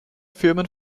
firmen